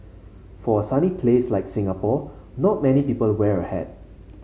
for a sunny place like Singapore not many people wear a hat